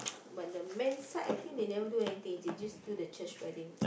but the man I think they never do anything they just do the church wedding